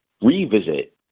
revisit